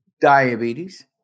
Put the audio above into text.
diabetes